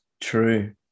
True